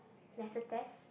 lesser test